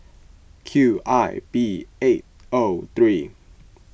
Q I B eight O three